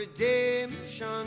Redemption